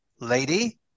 lady